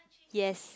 yes